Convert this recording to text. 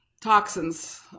toxins